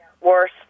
worse